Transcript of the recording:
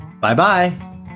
Bye-bye